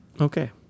Okay